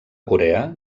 corea